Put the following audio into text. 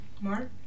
Mark